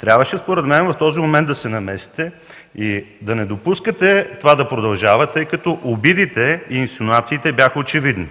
Трябваше, според мен, в този момент да се намесите и да не допускате това да продължава, тъй като обидите и инсинуациите бяха очевидни.